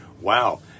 Wow